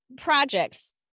projects